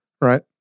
Right